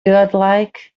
godlike